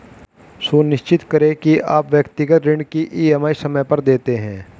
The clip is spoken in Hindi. सुनिश्चित करें की आप व्यक्तिगत ऋण की ई.एम.आई समय पर देते हैं